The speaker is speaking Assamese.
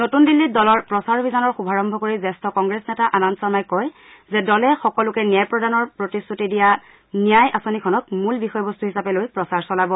নতুন দিল্লীত দলৰ প্ৰচাৰ অভিযানৰ শুভাৰম্ব কৰি জ্যেষ্ঠ কংগ্ৰেছ নেতা আনন্দ শৰ্মহি কয় যে দলে সকলোকে ন্যায় প্ৰদানৰ প্ৰতিশ্ৰতি প্ৰদান কৰা ন্যায় আঁচনিখনক মূল বিষয়বস্তু হিচাপে লৈ প্ৰচাৰ চলাব